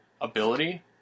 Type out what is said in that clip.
ability